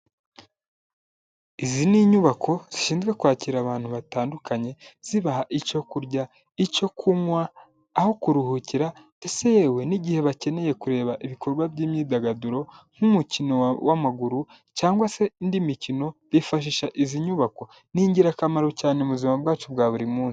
Izi ni inyubako zishinzwe kwakira abantu batandukanye zibaha icyo kurya, icyo kunywa, aho kuruhukira, ndetse yewe n'igihe bakeneye kureba ibikorwa by'imyidagaduro nk'umukino w'amaguru cyangwa se indi mikino bifashisha izi nyubako, ni ingirakamaro cyane mu buzima bwacu bwa buri munsi.